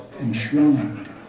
enshrined